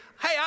Hey